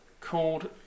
called